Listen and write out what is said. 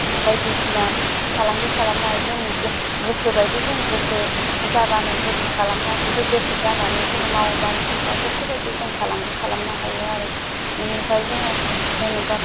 बायदिसिना फालांगि खालामनाय जोंनि गो गोसोबायदि जों गोसो जाबानो गोसो खालामना गोसो जानानै जोङो मावबानो जेनबा गोसोबायदि जों फालांगि खालामनो हायो आरो बेनिफ्राय जोङो जेन'बा